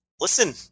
Listen